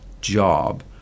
job